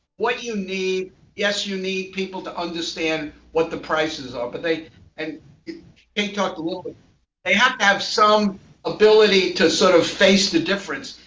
what you need yes, you need people to understand what the prices are. but they and kate and talked a little bit they have to have some ability to sort of face the difference.